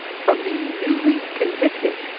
from the newly convicted,